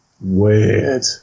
weird